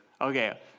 okay